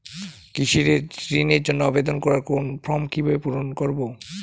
কৃষি ঋণের জন্য আবেদন করব কোন ফর্ম কিভাবে পূরণ করব?